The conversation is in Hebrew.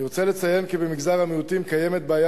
אני רוצה לציין כי במגזר המיעוטים קיימת בעיה